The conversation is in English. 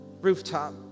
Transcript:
rooftop